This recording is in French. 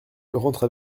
rentre